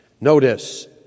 Notice